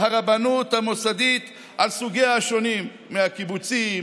הרבנות המוסדית על סוגי השונים: מהקיבוצים,